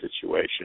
situation